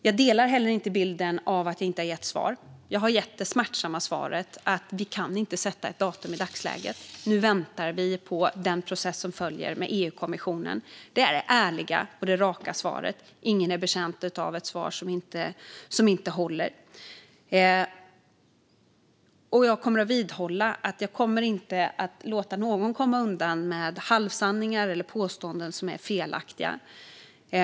Jag instämmer inte heller i bilden av att jag inte har gett svar. Jag har gett det smärtsamma svaret att vi i dagsläget inte kan sätta ett datum. Nu väntar vi på den process som följer med EU-kommissionen. Det är det ärliga och raka svaret. Ingen är betjänt av ett svar som inte håller. Jag kommer att vidhålla att jag inte kommer att låta någon komma undan med halvsanningar eller påståenden som är felaktiga.